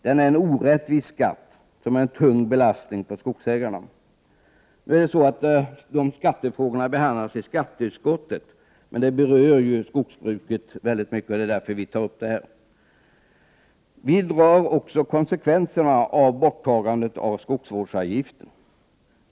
Den är en orättvis skatt, som är en tung belastning för skogsägarna. Dessa skattefrågor behandlas ju i skatteutskottet, men de berör i hög grad skogsbruket, och därför tar jag upp dem här. Vi drar också konsekvenserna av borttagandet av skogsvårdsavgiften.